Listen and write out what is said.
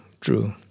true